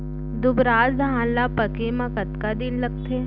दुबराज धान ला पके मा कतका दिन लगथे?